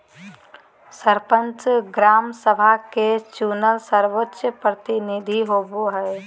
सरपंच, ग्राम सभा के चुनल सर्वोच्च प्रतिनिधि होबो हइ